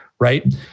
Right